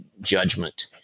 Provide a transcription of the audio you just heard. judgment